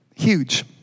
huge